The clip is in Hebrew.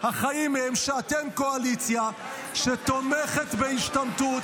החיים הם שאתם קואליציה שתומכת בהשתמטות.